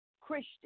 Christian